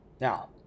Now